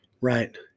Right